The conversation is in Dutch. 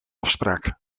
afspraak